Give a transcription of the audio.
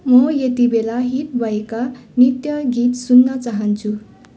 म यति बेला हिट भएका नृत्य गीत सुन्न चाहन्छु